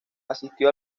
asistió